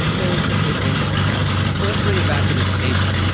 there is the table in the window so let's bring it back to this table,